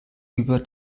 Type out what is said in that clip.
über